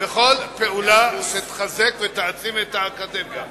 בכל פעולה שתחזק ותעצים את האקדמיה, גם